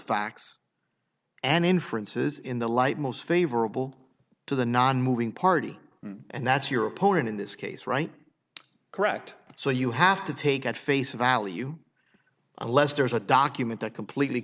facts and inferences in the light most favorable to the nonmoving party and that's your opponent in this case right correct so you have to take at face value a less there's a document that completely